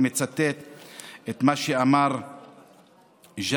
ומצטט את מה שאמר ג'אבר